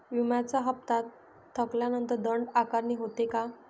विम्याचा हफ्ता थकल्यानंतर दंड आकारणी होते का?